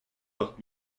portent